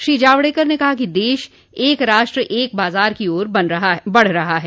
श्री जावड़ेकर ने कहा कि देश एक राष्ट्र एक बाजार की ओर बढ़ रहा है